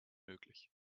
möglich